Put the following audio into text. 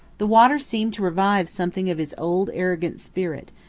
the water seemed to revive something of his old arrogant spirit,